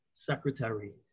secretary